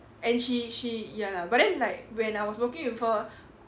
and she she ya lah but then like when I was working with her